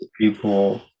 people